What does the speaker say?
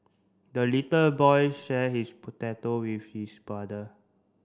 the little boy shared his potato with his brother